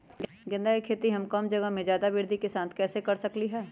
गेंदा के खेती हम कम जगह में ज्यादा वृद्धि के साथ कैसे कर सकली ह?